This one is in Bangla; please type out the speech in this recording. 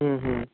হুম হুম